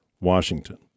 Washington